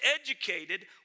educated